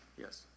Yes